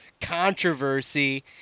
controversy